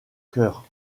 cœur